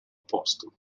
posto